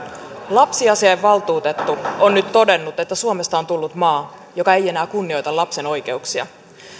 lapsiasiainvaltuutettu on nyt todennut että suomesta on tullut maa joka ei enää kunnioita lapsen oikeuksia